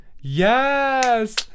yes